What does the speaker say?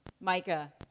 Micah